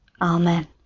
Amen